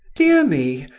dear me,